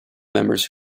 members